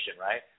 right